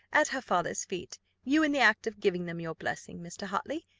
at her father's feet you in the act of giving them your blessing, mr. hartley.